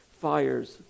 fires